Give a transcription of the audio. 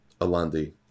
Alandi